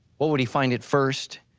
what would he find at first?